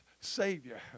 Savior